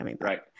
Right